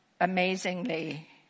amazingly